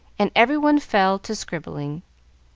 and every one fell to scribbling.